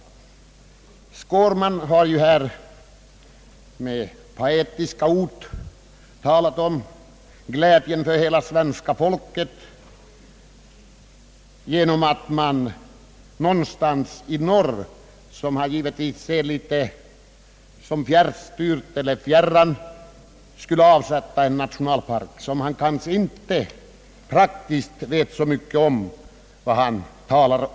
Herr Skårman har ju här med patetiska ord talat om glädjen för hela svenska folket genom att man någonstans i norr, vilket han ser som någonting litet och fjärrstyrt, skulle avsätta en nationalpark, vilket han kanske inte praktiskt vet så mycket om.